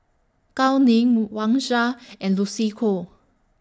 Gao Ning Wang Sha and Lucy Koh